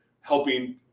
helping